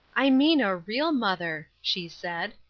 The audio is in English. i mean a real mother, she said.